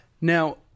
Now –